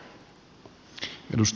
arvoisa puhemies